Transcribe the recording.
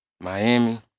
Miami